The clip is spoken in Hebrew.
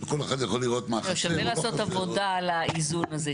שווה לעשות עבודה על האיזון הזה.